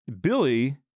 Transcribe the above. Billy